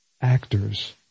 actors